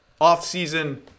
offseason